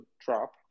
drop